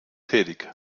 tätig